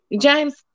James